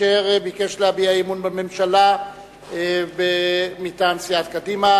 שביקש להביע אי-אמון בממשלה מטעם סיעת קדימה.